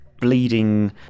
bleeding